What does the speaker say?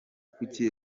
kuki